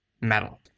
Metal